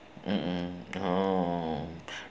mmhmm oh